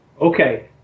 Okay